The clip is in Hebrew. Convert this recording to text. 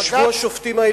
ישבו השופטים העליונים,